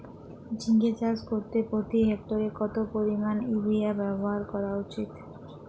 ঝিঙে চাষ করতে প্রতি হেক্টরে কত পরিমান ইউরিয়া ব্যবহার করা উচিৎ?